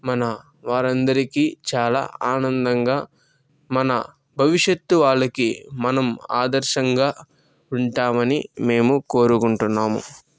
మన వారందరికీ చాలా ఆనందంగా మన భవిష్యత్తు వాళ్ళకి మనం ఆదర్శంగా ఉంటామని మేము కోరుకుంటున్నాము